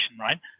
right